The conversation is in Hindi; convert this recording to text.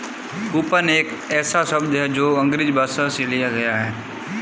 कूपन एक ऐसा शब्द है जो अंग्रेजी भाषा से लिया गया है